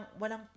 walang